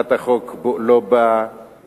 הצעת החוק לא באה